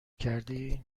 کردی